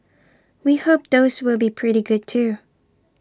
we hope those will be pretty good too